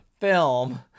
film